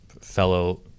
fellow